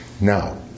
now